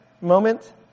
Moment